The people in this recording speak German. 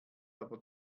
aber